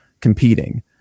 competing